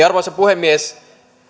arvoisa puhemies